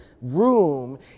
room